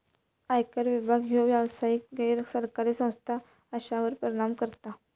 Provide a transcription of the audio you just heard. आयकर विभाग ह्यो व्यावसायिक, गैर सरकारी संस्था अश्यांवर परिणाम करता